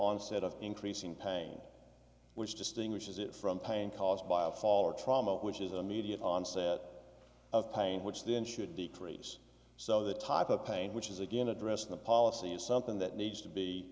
onset of increasing pain which distinguishes it from pain caused by a fall or trauma which is an immediate onset of pain which then should decrease so the type of pain which is again addressed the policy is something that needs to be